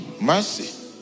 mercy